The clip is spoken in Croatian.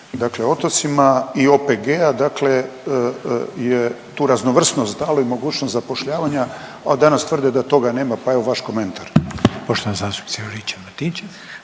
drugim otocima i OPG-a dakle tu raznovrsnost dali mogućnost zapošljavanja, a danas tvrde da toga nema pe evo vaš komentar.